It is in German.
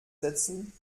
setzen